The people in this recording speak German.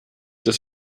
dass